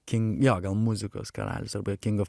king jo gal muzikos karalius arba king of